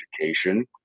education